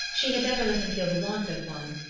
she had never let him feel the want of one.